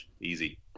Easy